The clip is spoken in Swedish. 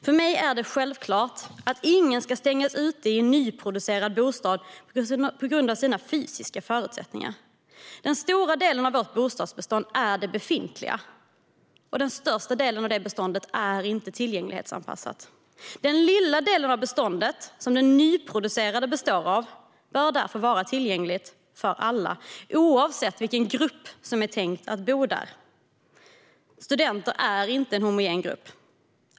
För mig är det självklart att ingen ska stängas ute från en nyproducerad bostad på grund av sina fysiska förutsättningar. Den stora delen av vårt bostadsbestånd är det befintliga, och den största delen av det beståndet är inte tillgänglighetsanpassad. Den lilla delen av beståndet som är nyproducerad bör därför vara tillgänglig för alla oavsett vilken grupp som det är tänkt ska bo där. Studenter är inte en homogen grupp.